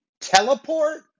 teleport